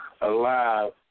alive